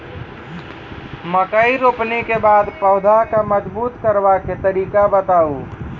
मकय रोपनी के बाद पौधाक जैर मजबूत करबा के तरीका बताऊ?